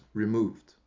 removed